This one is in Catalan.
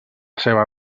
seva